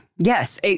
Yes